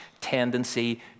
tendency